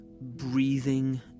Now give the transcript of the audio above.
breathing